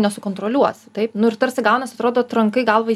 nesukontroliuosiu taip nu ir tarsi gaunasi atrodo trankai galvą į